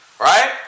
right